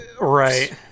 Right